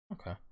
Okay